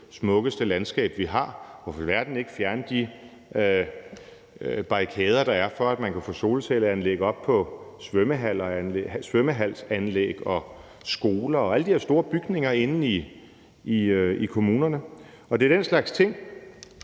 smukkeste landskab, vi har. Hvorfor i alverden ikke fjerne de barrikader, der er for, at man kan få solcelleanlæg op på svømmehalsanlæg og skoler – alle de her store bygninger inde i byerne? Det er den slags ting,